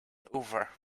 over